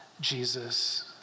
Jesus